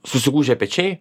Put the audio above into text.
susigūžę pečiai